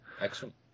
Excellent